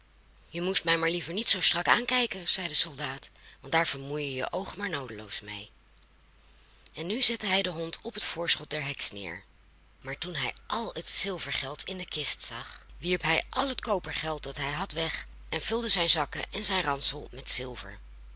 je moest mij liever maar niet zoo strak aankijken zei de soldaat want daar vermoei je je oogen maar noodeloos mee en nu zette hij den hond op het voorschoot der heks neer maar toen hij al het zilvergeld in de kist zag wierp hij al het kopergeld dat hij had weg en vulde zijn zakken en zijn ransel met zilver